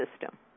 system